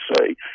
say